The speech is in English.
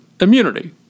immunity